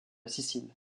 sicile